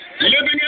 Living